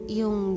yung